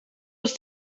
ist